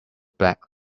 black